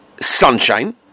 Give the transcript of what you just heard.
sunshine